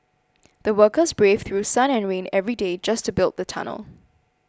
the workers braved through sun and rain every day just to build the tunnel